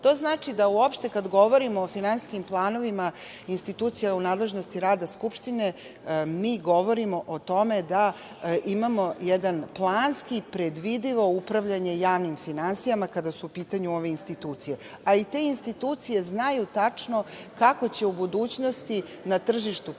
znači da uopšte kad govorimo o finansijskim planovima institucija u nadležnosti rada Skupštine mi govorimo o tome da imamo jedan planski, predvidivo upravljanje javnim finansijama kada su u pitanju ove institucije. A i te institucije znaju tačno kako će u budućnosti na tržištu prihodovati